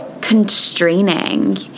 constraining